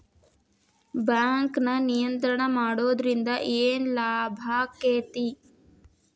ಬ್ಯಾಂಕನ್ನ ನಿಯಂತ್ರಣ ಮಾಡೊದ್ರಿಂದ್ ಏನ್ ಲಾಭಾಕ್ಕತಿ?